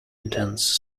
intense